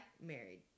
Married